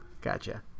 Gotcha